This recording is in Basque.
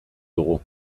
dugu